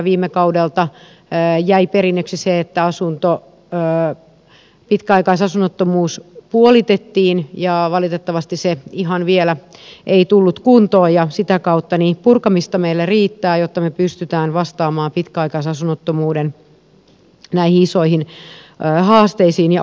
viime kaudelta jäi perinnöksi se että pitkäaikaisasunnottomuus puolitettiin ja valitettavasti se ihan vielä ei tullut kuntoon ja sitä kautta purkamista meillä riittää jotta me pystymme vastaamaan näihin pitkäaikaisasunnottomuuden isoihin haasteisiin ja ongelmiin